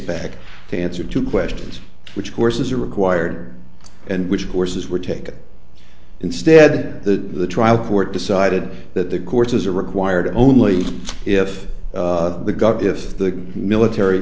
back to answer two questions which courses are required and which courses were taken instead the trial court decided that the courses are required only if the got if the military